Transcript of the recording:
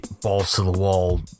balls-to-the-wall